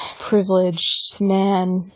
privileged man,